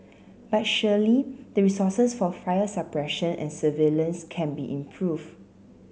but surely the resources for fire suppression and surveillance can be improved